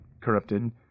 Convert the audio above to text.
Corrupted